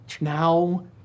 now